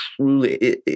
truly